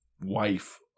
wife